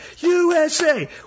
USA